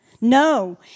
No